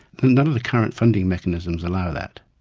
then none of the current funding mechanisms allow that,